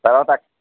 తర్వాత